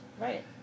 Right